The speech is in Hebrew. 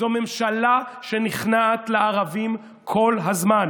זו ממשלה שנכנעת לערבים כל הזמן.